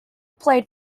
played